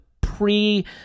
pre